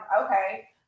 okay